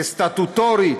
שסטטוטורית